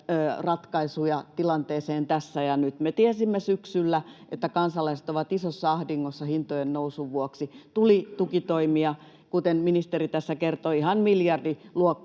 ratkaisuja tilanteeseen tässä ja nyt. Me tiesimme syksyllä, että kansalaiset ovat isossa ahdingossa hintojen nousun vuoksi. Tuli tukitoimia, kuten ministeri tässä kertoi, ihan miljardiluokkaa